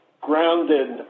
grounded